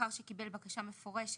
לאחר שקיבל בקשה מפורשת,